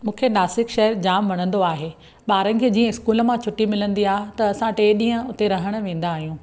मूंखे नासिक शहर जाम वणंदो आहे ॿारनि खे जीअं स्कूल मां छुटी मिलंदी आहे त असां टे ॾींहं उते रहण वेंदा आहियूं